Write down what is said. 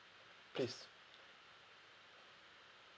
please